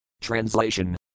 TRANSLATION